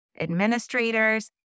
administrators